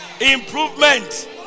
Improvement